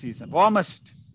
Warmest